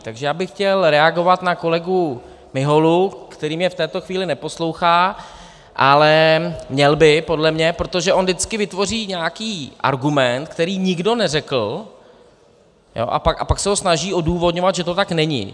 Takže já bych chtěl reagovat na kolegu Miholu, který mě v této chvíli neposlouchá, ale měl by podle mě, protože on vždycky vytvoří nějaký argument, který nikdo neřekl, a pak se snaží odůvodňovat, že to tak není.